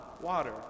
water